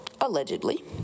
allegedly